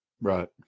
Right